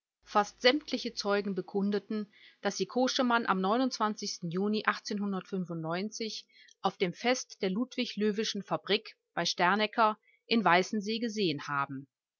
fast sämtliche zeugen bekundeten daß sie koschemann am juni auf dem fest der ludwig löweschen fabrik bei sternecker in weißensee gesehen haben